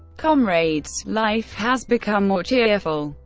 comrades life has become more cheerful.